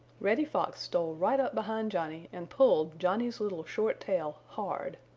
reddy fox stole right up behind johnny and pulled johnny's little short tail hard.